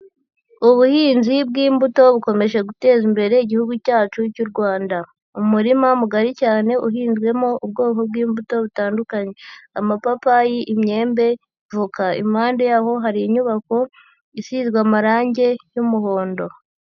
Ubuhinzi bw'imbuto bukomeje guteza imbere Igihugu cyacu cy'u Rwanda. Umurima mugari cyane uhinzwemo ubwonko bw'imbuto butandukanye, amapapayi, imyembe, voka, impande yaho hari inyubako isizwe amarange y'umuhondo.